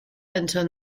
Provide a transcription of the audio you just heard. into